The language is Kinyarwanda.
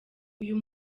uyu